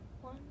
one